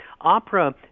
opera